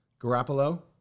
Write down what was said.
Garoppolo